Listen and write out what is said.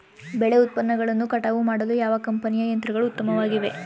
ಬೆಳೆ ಉತ್ಪನ್ನಗಳನ್ನು ಕಟಾವು ಮಾಡಲು ಯಾವ ಕಂಪನಿಯ ಯಂತ್ರಗಳು ಉತ್ತಮವಾಗಿವೆ?